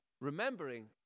remembering